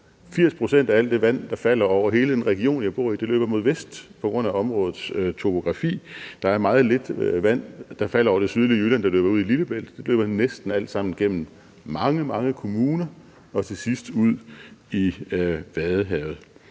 80 pct. af alt det vand, der falder over hele den region, jeg bor i, løber mod vest på grund af områdets topografi. Der er meget lidt vand, der falder over det sydlige Jylland, der løber ud i Lillebælt – det løber næsten alt sammen gennem mange, mange kommuner og til sidst ud i Vadehavet.